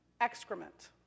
excrement